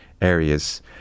areas